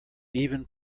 even